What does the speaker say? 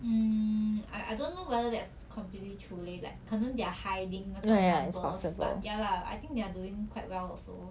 mm I I don't know whether that's completely true leh like 可能 they're hiding 那种 numbers but ya lah I think they're doing quite well also